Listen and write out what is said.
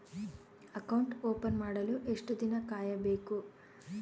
Account open ಮಾಡಲು ಎಷ್ಟು ದಿನ ಕಾಯಬೇಕು?